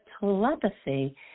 telepathy